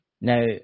Now